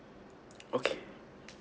okay